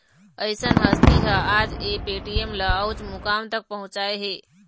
अइसन हस्ती ह आज ये पेटीएम ल उँच मुकाम तक पहुचाय हे